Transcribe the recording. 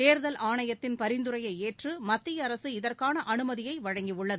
தோதல் ஆணையத்தின் பரிந்துரையை ஏற்று மத்திய அரசு இதற்கான அனுமதியை வழங்கியுள்ளது